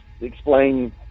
explain